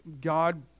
God